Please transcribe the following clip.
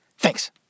Thanks